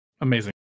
amazing